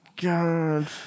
god